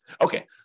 Okay